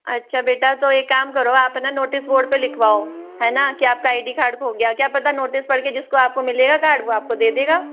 अच्छा बेटा तो एक काम करो आप है ना नोटिस बोर्ड पे लिखवाओ है ना कि आपका आई डी कार्ड खो गया क्या पता नोटिस पढ़ के जिसको आपका मिलेगा कार्ड वो दे देगा